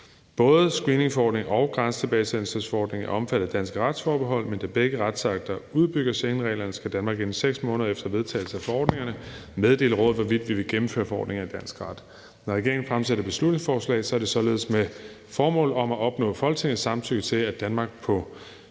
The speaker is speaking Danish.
Både screeningforordningen og grænsetilbagesendelsesforordningen er omfattet af det danske retsforbehold, men da begge retsakter udbygger Schengenreglerne, skal Danmark inden 6 måneder efter vedtagelse af forordningerne meddele Rådet, hvorvidt vi vil gennemføre forordningerne i dansk ret. Når regeringen fremsætter beslutningsforslaget, er det således med det formål at opnå Folketingets samtykke til, at regeringen